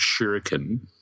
shuriken